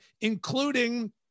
including